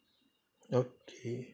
okay